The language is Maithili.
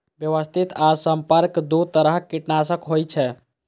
व्यवस्थित आ संपर्क दू तरह कीटनाशक होइ छै